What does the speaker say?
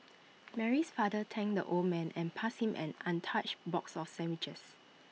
Mary's father thanked the old man and passed him an untouched box of sandwiches